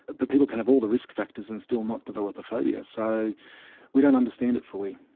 but but people can have all the risk factors and still not develop a phobia. so we don't understand it fully.